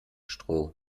stroh